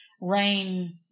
rain